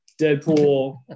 Deadpool